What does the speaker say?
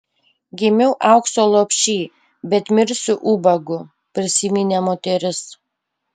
gimiau aukso lopšy bet mirsiu ubagu prisiminė moteris